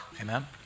Amen